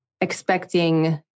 expecting